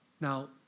Now